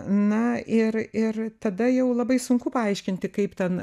na ir ir tada jau labai sunku paaiškinti kaip ten